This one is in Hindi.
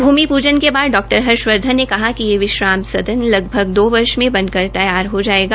भूमि पूजन के बाद डॉ हर्षवर्धन ने कहा कि यह विश्राम सदन लगभग दो वर्ष में बनकर तैयार हो जाएगा